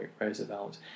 Roosevelt